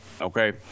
okay